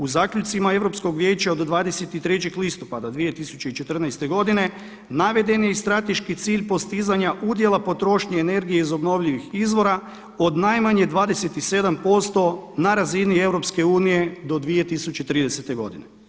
U zaključcima Europskog vijeća od 23. listopada 2014. godine naveden je i strateški cilj postizanja udjela potrošnje energije iz obnovljivih izvora od najmanje 27% na razini EU do 2030. godine.